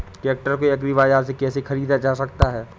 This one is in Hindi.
ट्रैक्टर को एग्री बाजार से कैसे ख़रीदा जा सकता हैं?